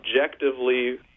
objectively